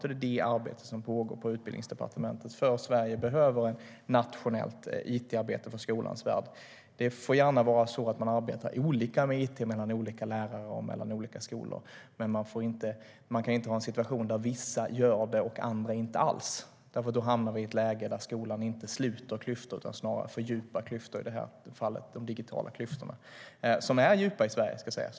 Det är detta arbete som pågår på Utbildningsdepartementet. Sverige behöver nämligen ett nationellt it-arbete för skolans värld. Man får gärna arbeta på olika sätt med it mellan olika lärare och mellan olika skolor. Men man kan inte ha en situation där vissa gör det och andra inte gör det alls. Då hamnar vi i ett läge där skolan inte sluter klyftor utan snarare fördjupar klyftor, i detta fall de digitala klyftorna som är djupa i Sverige.